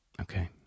okay